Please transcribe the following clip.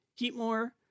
Heatmore